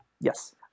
Yes